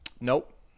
Nope